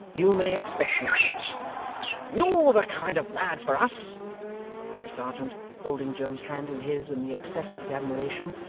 you may expect me you're the kind of lad for us cried the serjeant, holding joe's hand in his, in the excess of his admiration.